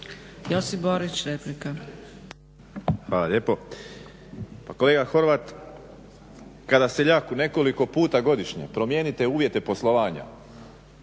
Josip (HDZ)** Hvala lijepo. Pa kolega Horvat kada seljaku nekoliko puta godišnje promijenite uvjete poslovanja